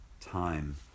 time